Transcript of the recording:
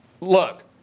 look